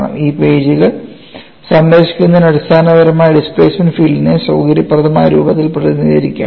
ഇത് പേജുകൾ സംരക്ഷിക്കുന്നതിന് അടിസ്ഥാനപരമായി ഡിസ്പ്ലേമെൻറ് ഫീൽഡിനെ സൌകര്യപ്രദമായ രൂപത്തിൽ പ്രതിനിധീകരിക്കുക ആണ്